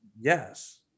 Yes